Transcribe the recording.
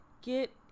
Get